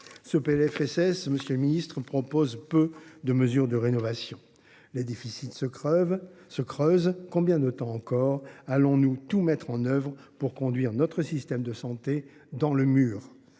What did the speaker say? Ce PLFSS, monsieur le ministre, propose peu de mesures de rénovation. Les déficits se creusent. Combien de temps encore allons nous tout mettre en œuvre pour conduire notre système de santé dans le mur ?